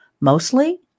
mostly